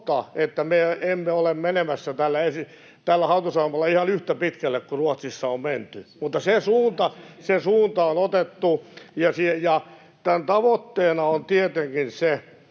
että me emme ole menemässä tällä hallitusohjelmalla ihan yhtä pitkälle kuin Ruotsissa on menty, mutta se suunta on otettu. Tämän tavoitteena on tietenkin se,